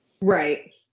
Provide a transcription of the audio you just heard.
right